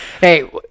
Hey